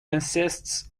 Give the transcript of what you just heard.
consists